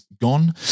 gone